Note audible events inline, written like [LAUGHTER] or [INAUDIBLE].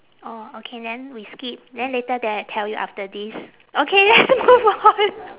orh okay then we skip then later then I tell you after this okay let's move on [LAUGHS]